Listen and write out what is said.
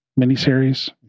miniseries